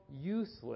useless